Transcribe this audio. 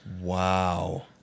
Wow